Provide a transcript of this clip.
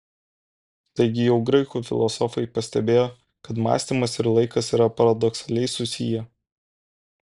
taigi jau graikų filosofai pastebėjo kad mąstymas ir laikas yra paradoksaliai susiję